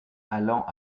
allant